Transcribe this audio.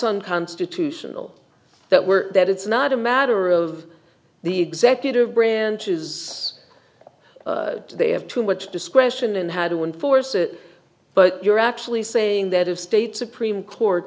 unconstitutional that we're that it's not a matter of the executive branch is they have too much discretion and had to in force it but you're actually saying that if state supreme court